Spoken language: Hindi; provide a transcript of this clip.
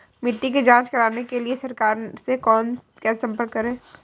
मिट्टी की जांच कराने के लिए सरकार से कैसे संपर्क करें?